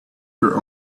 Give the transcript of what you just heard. your